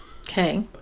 Okay